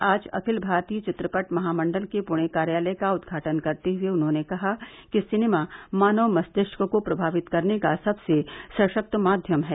आज अखिल भारतीय चित्रपट महामंडल के पुणे कार्यालय का उद्घाटन करते हुए उन्होंने कहा कि सिनेमा मानव मस्तिष्क को प्रभावित करने का सबसे सशक्त माध्यम है